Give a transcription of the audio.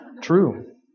True